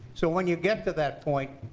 so when you get to that point,